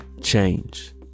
change